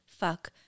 fuck